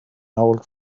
old